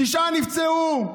תשעה נפצעו,